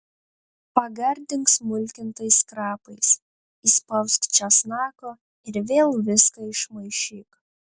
pagardink smulkintais krapais įspausk česnako ir vėl viską išmaišyk